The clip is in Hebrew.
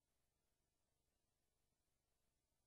אבל